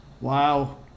Wow